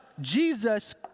Jesus